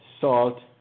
salt